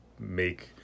make